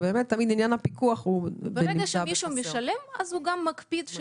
ברגע שמישהו משלם אז הוא גם מקפיד,